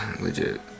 legit